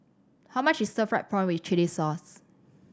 how much is stir fried prawn with chili sauce